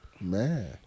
Man